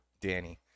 Danny